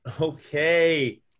Okay